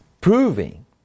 proving